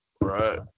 Right